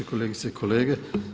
Kolegice i kolege.